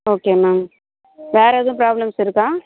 okay ma'am வேறு எதுவும் problems இருக்கா